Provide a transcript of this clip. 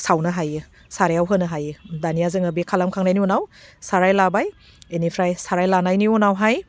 सावनो हायो सारायाव होनो हायो दानिया जोङो बे खालामखांनायनि उनाव साराइ लाबाय इनिफ्राय साराइ लानायनि उनावहाय